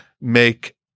make